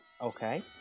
Okay